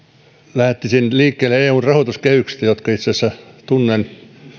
lähtisin liikkeelle eun rahoituskehyksistä jonka itse asiassa tunnen